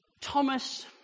Thomas